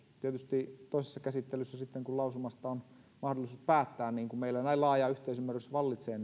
tietysti toisessa käsittelyssä sitten kun lausumasta on mahdollisuus päättää toivon että kun meillä näin laaja yhteisymmärrys vallitsee